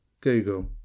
Google